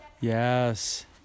Yes